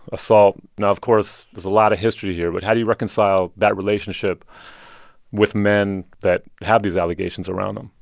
assault. now, of course, there's a lot of history here, but how do you reconcile that relationship with men that have these allegations around them?